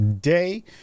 day